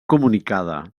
comunicada